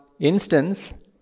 instance